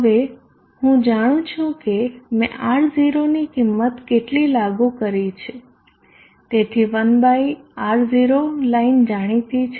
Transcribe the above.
હવે હું જાણું છું કે મેં R0 ની કિંમત કેટલી લાગુ કરી છે અને તેથી 1R0 લાઇન જાણીતી છે